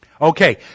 Okay